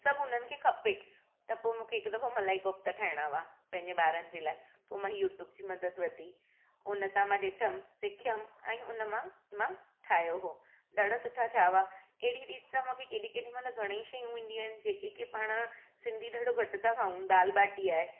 सभु हुननि खे खपे त पोइ मूंखे हिकु दफ़ो मूंखे मलाई कोफ्ता ठाइणा हुआ पंहिंजे ॿारनि जे लाइ पो मां यूट्यूब जी मदद वती उन सां मां ॾिठमु सिखयमु ऐं उन मां मां ठाहियो हो ॾाढा सुठा थिया होआ एॾी रीति सां मां केॾी केॾीमल्हि घणा ई शयूं ईंदियूं आहिनि जेके पाण सिंधी ॾाढो घटि था खाऊं दाल बाटी आहे